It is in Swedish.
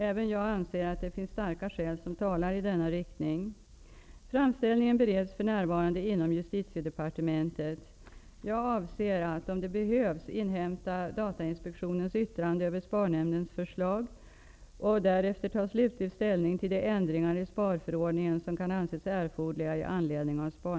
Även jag anser att det finns starka skäl som talar i denna riktning. Framställningen bereds för närvarande inom Justitiedepartementet. Jag avser att om det behövs inhämta Datainspektionens yttrande över SPAR nämndens förslag och därefter ta slutlig ställning till de ändringar i SPAR-förordningen som kan anses erforderliga i anledning av SPAR